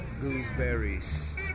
Gooseberries